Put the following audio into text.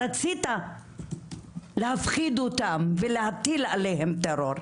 רצית להפחיד אותם ולהטיל עליהם טרור.